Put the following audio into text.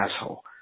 asshole